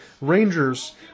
Rangers